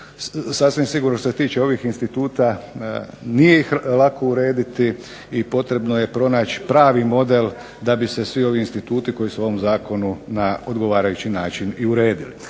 sasvim sigurno što se tiče ovih instituta nije ih lako urediti i potrebno je pronaći pravi model da bi se svi ovi instituti koji su u ovom zakonu na odgovarajući način i uredili.